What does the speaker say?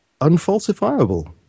unfalsifiable